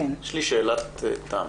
יש לי שאלת תם.